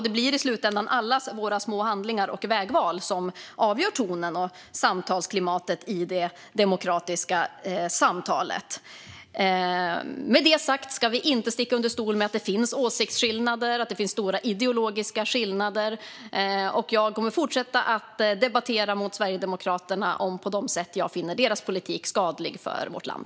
Det blir i slutändan allas våra små handlingar och vägval som avgör tonen och klimatet i det demokratiska samtalet. Med detta sagt ska vi inte sticka under stol med att det finns åsiktsskillnader och stora ideologiska skillnader. Jag kommer att fortsätta att debattera mot Sverigedemokraterna om de sätt på vilka jag finner deras politik skadlig för vårt land.